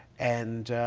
and